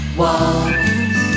walls